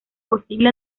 posible